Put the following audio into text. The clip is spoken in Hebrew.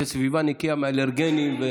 של סביבה נקייה מאלרגנים?